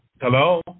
Hello